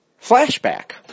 flashback